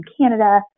Canada